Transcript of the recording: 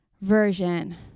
version